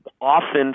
often